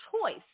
choice